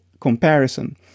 comparison